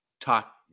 talk